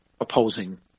opposing